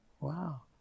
Wow